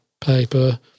paper